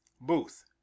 Booth